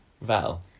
Val